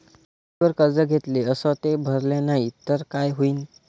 शेतीवर कर्ज घेतले अस ते भरले नाही तर काय होईन?